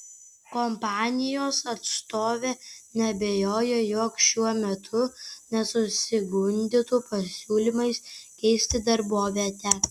kompanijos atstovė neabejoja jog šiuo metu nesusigundytų pasiūlymais keisti darbovietę